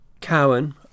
Cowan